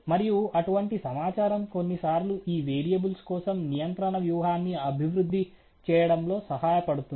మరియు అటువంటి సమాచారం కొన్నిసార్లు ఈ వేరియబుల్స్ కోసం నియంత్రణ వ్యూహాన్ని అభివృద్ధి చేయడంలో సహాయపడుతుంది